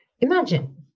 imagine